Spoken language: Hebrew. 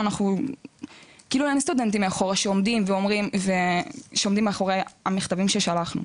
כאילו אין סטודנטים מאחורה שעומדים מאחורי המכתבים ששלחנו.